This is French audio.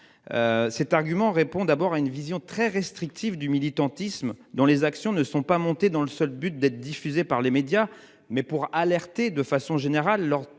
Cet argument répond d'abord à une vision très restrictive du militantisme, dont les actions ne sont pas montés dans le seul but d'être diffusée par les médias. Mais pour alerter de façon générale